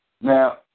Now